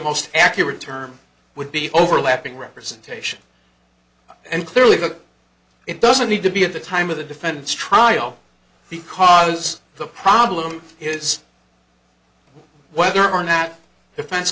most accurate term would be overlapping representation and clearly it doesn't need to be at the time of the defendant's trial because the problem is whether or not defense